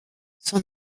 son